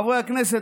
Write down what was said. חברי הכנסת,